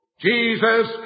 Jesus